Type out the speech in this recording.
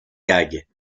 gags